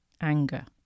anger